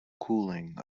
cooling